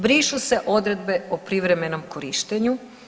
Brišu se odredbe o privremenom korištenju.